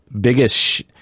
biggest